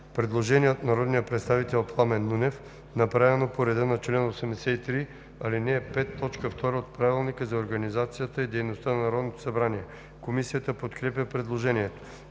предложение на народния представител Маноил Манев, направено по реда на чл. 83, ал. 5, т. 2 от Правилника за организацията и дейността на Народното събрание. Комисията подкрепя предложението.